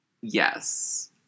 Yes